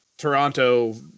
toronto